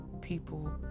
people